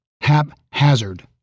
haphazard